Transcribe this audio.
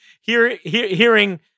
hearing